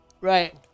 Right